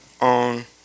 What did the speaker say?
on